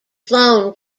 flown